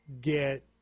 get